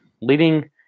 leading